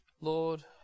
Lord